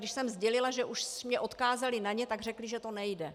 Když jsem sdělila, že už mě odkázali na ně, tak mi řekli, že to nejde.